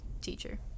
teacher